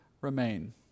remain